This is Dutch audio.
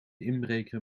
inbreker